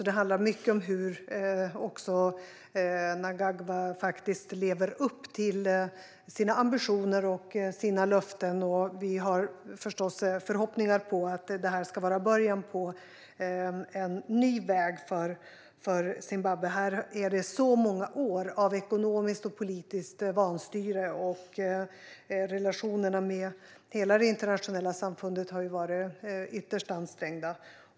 Det handlar mycket om hur Mnangagwa faktiskt lever upp till sina ambitioner och löften. Vi har förstås förhoppningar på att det här ska vara början på en ny väg för Zimbabwe. Det har varit så många år av ekonomiskt och politiskt vanstyre, och relationerna med hela det internationella samfundet har varit ytterst ansträngda.